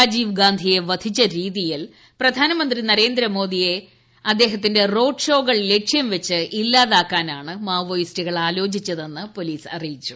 രാജീവ് ഗാന്ധിയെ വധിച്ചു രീതിയിൽ പ്രധാനമന്ത്രി നരേന്ദ്രമോദിയെ അദ്ദേഹത്തിന്റെ റോഡ് ഷോകൾ ലക്ഷ്യം വെച്ച് ഇല്ലാതാക്കാനാണ് മാവോയിസ്റ്റുകൾ ആലോചിച്ചതെന്ന് പോലീസ് അറിയിച്ചു